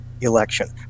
election